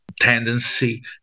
tendency